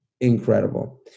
incredible